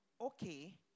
okay